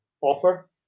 offer